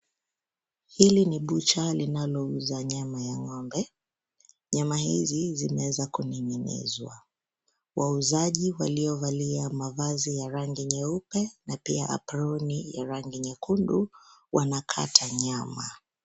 Hili ni bucha linalouza nyama ya ng'ombe, nyama hizi zimeweza kuning'inizwa wauzaji waliovalia mavazi ya rangi nyeupe na pia aproni ya rangi nyekundu wanakata nyama.